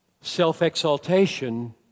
self-exaltation